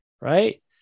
right